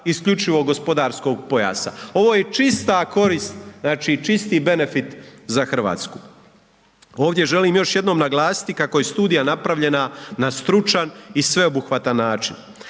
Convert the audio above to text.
isključivog gospodarskog pojasa. Ovo je čista korist, znači čisti benefit za Hrvatsku. Ovdje želim još jednom naglasiti kako je studija napravljena na stručan i sveobuhvatan način.